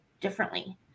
differently